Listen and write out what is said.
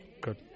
Good